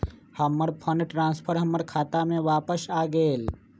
हमर fund transfer हमर खाता में वापस आ गेल